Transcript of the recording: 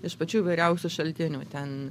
iš pačių įvairiausių šaltinių ten